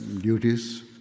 duties